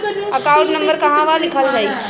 Account number कहवा लिखल जाइ?